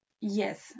Yes